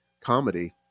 comedy